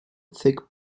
thick